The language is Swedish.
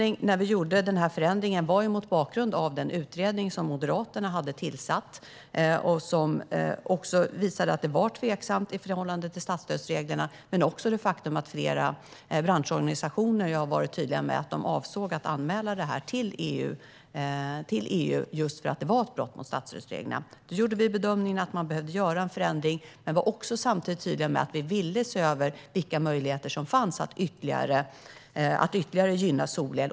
När vi gjorde denna förändring låg den utredning som Moderaterna hade tillsatt till grund för vår bedömning. Den hade visat att det här var tveksamt i förhållande till statsstödsreglerna. Flera branschorganisationer har dessutom varit tydliga med att de avsåg att anmäla detta till EU just för att det var ett brott mot statsstödsreglerna. Vi bedömde då att en förändring behövde göras, men vi var samtidigt också tydliga med att vi ville se över vilka möjligheter som fanns att ytterligare gynna solel.